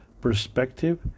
perspective